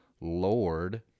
Lord